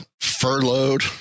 furloughed